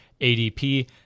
ADP